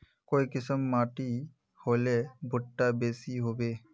काई किसम माटी होले भुट्टा बेसी होबे?